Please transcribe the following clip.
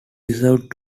reserved